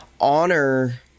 honor